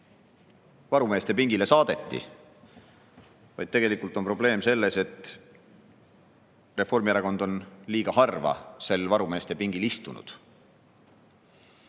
varumeeste pingile saadeti, vaid tegelikult on probleem selles, et Reformierakond on liiga harva seal varumeeste pingil istunud.